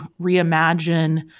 reimagine